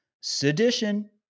sedition